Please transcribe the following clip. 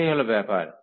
এটাই হল ব্যাপার